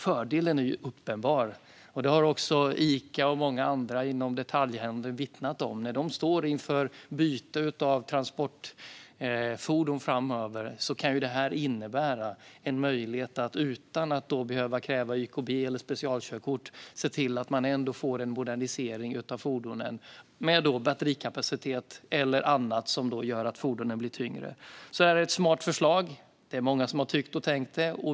Fördelen är uppenbar, och det har också Ica och många andra inom detaljhandeln vittnat om: När de står inför byte av transportfordon framöver kan detta innebära en möjlighet att utan att behöva kräva YKB eller specialkörkort ändå få en modernisering av fordonen med batterikapacitet eller annat som gör att fordonen blir tyngre. Detta är alltså ett smart förslag. Det är många som har tyckt och tänkt det.